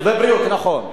ובריאות, נכון.